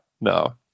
no